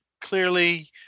clearly